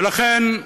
ולכן,